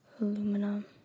aluminum